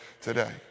today